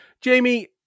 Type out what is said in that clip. Jamie